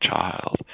child